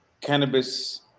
cannabis